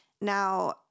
Now